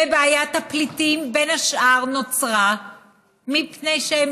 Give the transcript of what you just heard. ובעיית הפליטים נוצרה בין השאר מפני שהם